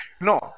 No